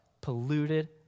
polluted